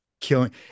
killing